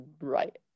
right